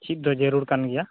ᱪᱮᱫ ᱫᱚ ᱡᱟᱨᱩᱲ ᱠᱟᱱᱜᱮᱭᱟ